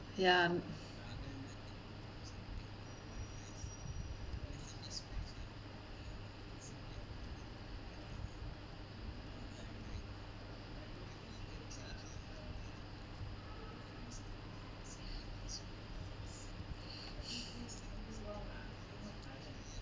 ya